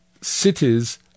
cities